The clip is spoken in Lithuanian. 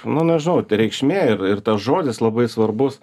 nu nežinau reikšmė ir ir tas žodis labai svarbus